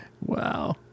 Wow